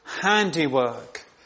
handiwork